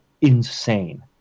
insane